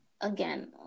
again